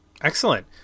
Excellent